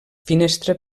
finestra